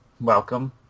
welcome